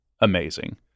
amazing